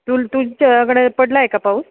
तुल तुझ्याकडे पडला आहे का पाऊस